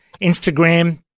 Instagram